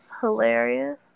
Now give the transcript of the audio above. hilarious